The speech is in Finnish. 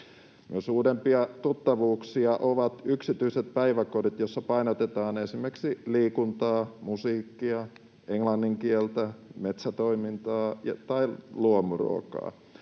Myös uudempia tuttavuuksia ovat yksityiset päiväkodit, joissa painotetaan esimerkiksi liikuntaa, musiikkia, englannin kieltä, metsätoimintaa tai luomuruokaa.